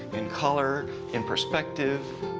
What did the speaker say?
in color, in perspective.